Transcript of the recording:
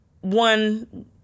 one